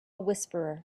whisperer